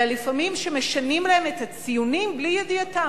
אלא על כך שמשנים להם לפעמים את הציונים בלי ידיעתם.